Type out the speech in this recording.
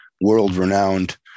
world-renowned